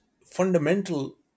fundamental